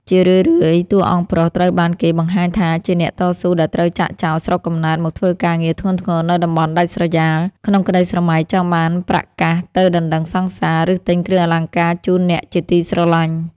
ជារឿយៗ តួអង្គប្រុសត្រូវបានគេបង្ហាញថាជាអ្នកតស៊ូដែលត្រូវចាកចោលស្រុកកំណើតមកធ្វើការងារធ្ងន់ធ្ងរនៅតំបន់ដាច់ស្រយាល ក្នុងក្តីស្រមៃចង់បានប្រាក់កាសទៅដណ្ដឹងសង្សារ ឬទិញគ្រឿងអលង្ការជូនអ្នកជាទីស្រឡាញ់។